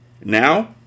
Now